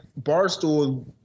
Barstool